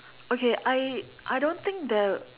okay I I don't think there